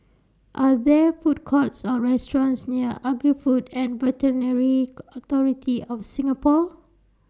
Are There Food Courts Or restaurants near Agri Food and Authority of Singapore